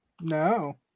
No